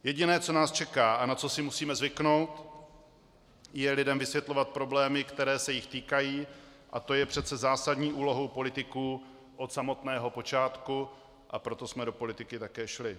Jediné, co nás čeká a na co si musíme zvyknout, je lidem vysvětlovat problémy, které se jich týkají, a to je přece zásadní úlohou politiků od samotného počátku, a proto jsme to politiky také šli.